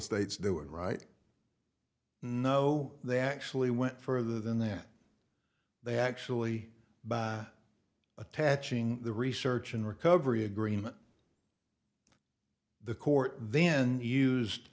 states do it right no they actually went further than that they actually by attaching the research and recovery agreement the court then used